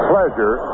Pleasure